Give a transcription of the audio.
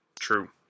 True